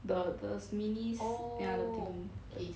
the the sm~ ya the thing